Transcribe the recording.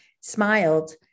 smiled